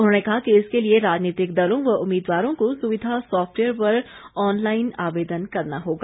उन्होंने कहा कि इसके लिए राजनीतिक दलों व उम्मीदवारों को सुविधा सॉफ्टवेयर पर ऑनलाईन आवेदन करना होगा